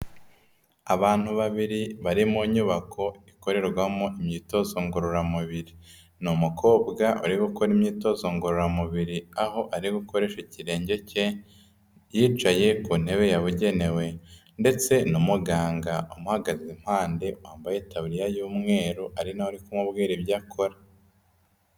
Abantu babiri bari mu nyubako ikorerwamo imyitozo ngororamubiri, ni umukobwa uri gukora imyitozo ngororamubiri aho ari gukoresha ikirenge ke yicaye ku ntebe yabugenewe ndetse n'umuganga umuhagaze impande wambaye itaburiya y'umweru ari na we uri kumubwira ibyo akora.